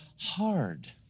hard